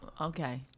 okay